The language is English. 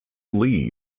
lee